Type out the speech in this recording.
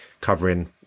covering